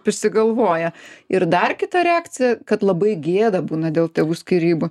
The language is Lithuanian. prisigalvoja ir dar kita reakcija kad labai gėda būna dėl tėvų skyrybų